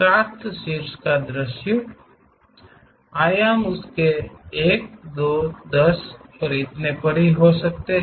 साथ शीर्ष दृश्य ये आयाम 1 2 10 और इतने पर हो सकते हैं